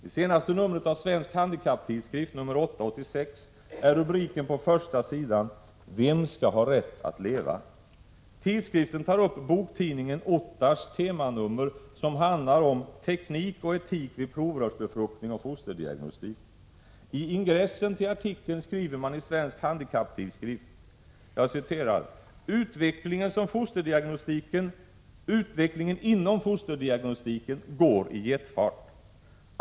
I senaste numret av Svensk Handikapptidskrift nr 8/86 är rubriken på första sidan Vem ska ha rätt att leva? Tidskriften tar upp boktidningen Ottars temanummer som handlar om teknik och etik vid provrörsbefruktning och fosterdiagnostik. I ingressen till artikeln skriver man i Svensk Handikapptidskrift: ”Utvecklingen inom fosterdiagnostiken går i jetfart.